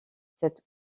cet